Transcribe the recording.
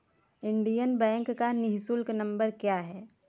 Indian Bank का निःशुल्क number क्या है?